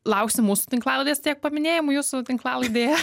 lauksim mūsų tinklalaidės tiek paminėjimų jūsų tinklalaidėje